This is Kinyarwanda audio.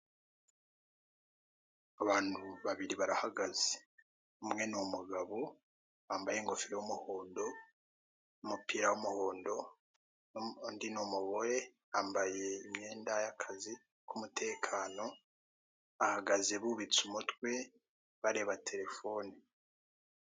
Abantu babiri barahagaze. Umwe ni umugabo wambaye ingofero y'umuhondo, umupira w'umuhondo, undi ni umugore yambaye imyenda y'akazi k'umutekano bahagaze bubitse umutwe bareba telefone.